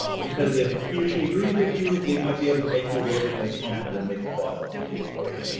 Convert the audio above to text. because if he or she agrees with you, they might be able to make you a little bit more comfortable and make the process easier for you.